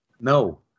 No